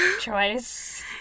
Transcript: choice